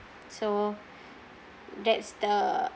so that's the